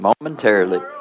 momentarily